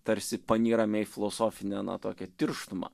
tarsi panyrame į filosofinę na tokią tirštumą